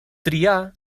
triar